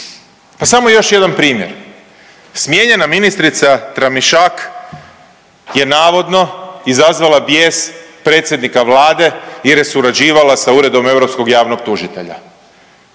Pa samo još jedan primjer. Smijenjena ministrica Tramišak je navodno izazvala bijes predsjednika Vlade jer je surađivala sa Uredom europskog javnog tužitelja.